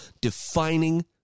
defining